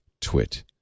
twit